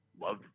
love